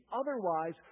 otherwise